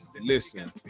Listen